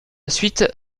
suite